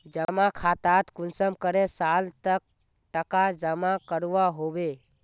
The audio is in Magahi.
जमा खातात कुंसम करे साल तक टका जमा करवा होबे?